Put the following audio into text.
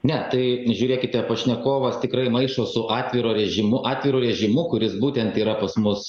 ne tai žiūrėkite pašnekovas tikrai maišo su atviro režimu atviru režimu kuris būtent yra pas mus